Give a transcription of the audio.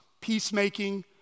peacemaking